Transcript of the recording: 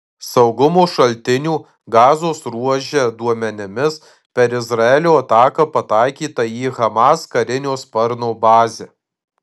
saugumo šaltinių gazos ruože duomenimis per izraelio ataką pataikyta į hamas karinio sparno bazę